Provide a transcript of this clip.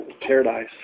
paradise